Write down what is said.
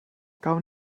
gawn